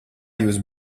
jūs